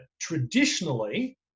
traditionally